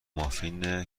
مافین